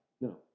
No